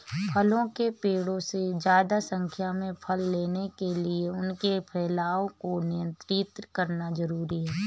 फलों के पेड़ों से ज्यादा संख्या में फल लेने के लिए उनके फैलाव को नयन्त्रित करना जरुरी है